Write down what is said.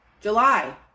July